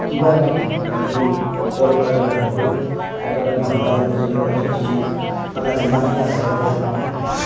কিবা এটা নাজানিলে কল কৰাৰ লগে লগেই সকলো ক্ষেত্ৰতে মই সহায় সহযোগিতা পাইছোঁ যদি কাৰণ আজি ইমানখিনি আগবাঢ়িব পাৰিছোঁ কামত